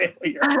failure